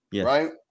right